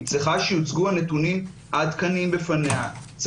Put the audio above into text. צריכה שיוצגו בפניה נתונים העדכניים.